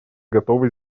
готовы